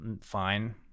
fine